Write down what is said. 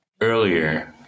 Earlier